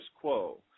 quo